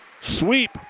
sweep